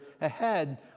ahead